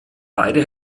beide